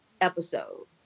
episode